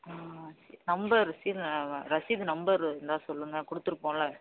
ம் okay number கீழே ரசிது நம்பரு இருந்தால் சொல்லுங்கள் கொடுத்துருப்போம்ல